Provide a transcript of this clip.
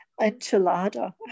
enchilada